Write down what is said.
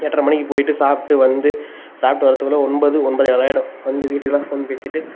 எட்டரை மணிக்கு போய்விட்டு சாப்பிட்டு வந்து சாப்பிட்டு வரதுக்குள்ளே ஒன்பது ஒன்பதேகால் ஆகிடும் வந்து வீட்டுக்கெல்லாம் ஃபோன் பேசிவிட்டு